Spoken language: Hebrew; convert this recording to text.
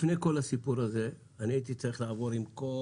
לפני כל הסיפור הזה אני הייתי צריך לעבור עם כל